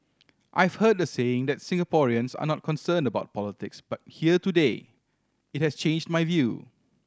I've heard the saying that Singaporeans are not concerned about politics but here today it has changed my view